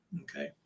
Okay